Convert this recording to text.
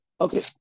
okay